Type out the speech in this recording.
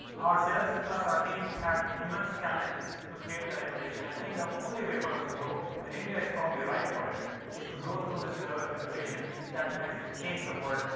ourselves, plus our teams have immense talent to create that innovation. i think the only way for us to grow and india is probably ripe for it is to grow through this level of innovation that can actually change the world.